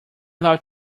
love